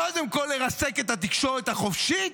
קודם כול לרסק את התקשורת החופשית,